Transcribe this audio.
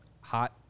hot